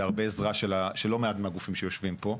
בהרבה עזרה של לא מעט מהגופים שיושבים פה.